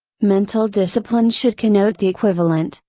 mental discipline should connote the equivalent,